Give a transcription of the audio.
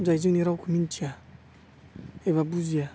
जाय जोंनि रावखौ मिनथिया एबा बुजिया